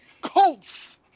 Colts